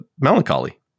Melancholy